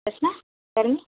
எஸ்மா யாருங்க